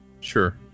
Sure